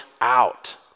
out